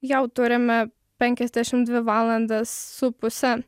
jau turime penkiasdešimt dvi valandas su puse